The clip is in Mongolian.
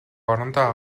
орондоо